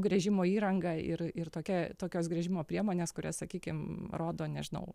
gręžimo įranga ir ir tokia tokios gręžimo priemonės kurias sakykim rodo nežinau